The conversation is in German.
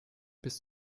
bis